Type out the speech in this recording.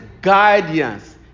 guidance